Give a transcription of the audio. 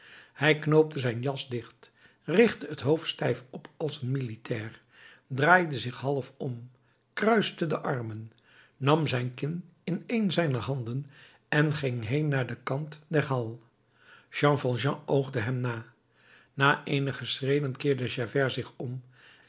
hij knoopte zijn jas dicht richtte het hoofd stijf op als een militair draaide zich half om kruiste de armen nam zijn kin in een zijner handen en ging heen naar den kant der halles jean valjean oogde hem na na eenige schreden keerde javert zich om